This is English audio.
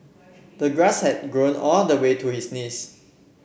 the grass had grown all the way to his knees